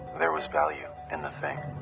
ithere was value in the thing.